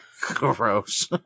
Gross